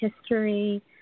history